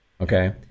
Okay